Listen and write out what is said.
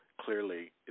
clearly